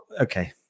okay